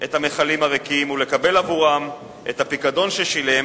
את המכלים הריקים ולקבל עבורם את הפיקדון ששילם